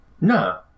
No